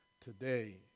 today